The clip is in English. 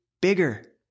bigger